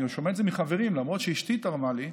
אני שומע את זה מחברים, למרות שאשתי תרמה לי.